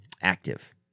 active